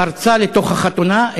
פרצה לתוך החתונה,